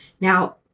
Now